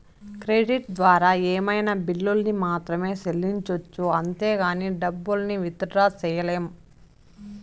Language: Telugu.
క్రెడిట్ ద్వారా ఏమైనా బిల్లుల్ని మాత్రమే సెల్లించొచ్చు అంతేగానీ డబ్బుల్ని విత్ డ్రా సెయ్యలేం